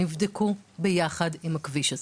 נבדקו ביחד עם הכביש הזה.